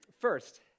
First